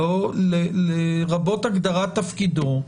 לרבות הגדרת תפקידו.